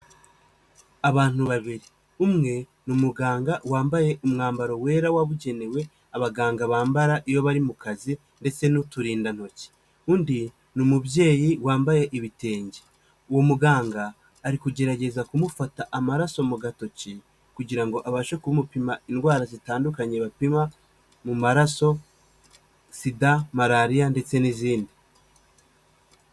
Abantu babiri, umwe ni umuganga wambaye umwambaro wera wabugenewe abaganga bambara iyo bari mu kazi ndetse n'uturindantoki undi ni umubyeyi wambaye ibitenge uwo muganga ari kugerageza kumufata amaraso mu gatoki kugira abashe kumupima indwara zitandukanye bapima mu maraso sida, malariya ndetse n'izindi.